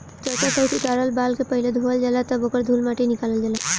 त्वचा सहित उतारल बाल के पहिले धोवल जाला तब ओकर धूल माटी निकालल जाला